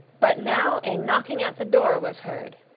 but now a knocking at the door was heard,